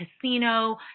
casino